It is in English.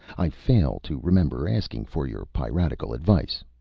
i fail to remember asking for your piratical advice.